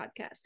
podcast